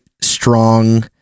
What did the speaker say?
strong